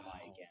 again